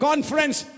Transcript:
Conference